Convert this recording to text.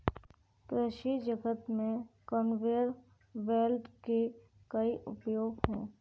कृषि जगत में कन्वेयर बेल्ट के कई उपयोग हैं